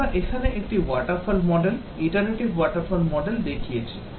আমরা এখানে একটি waterfall model iterative waterfall model দেখিয়েছি